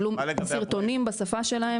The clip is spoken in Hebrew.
סרטונים בשפה שלהם.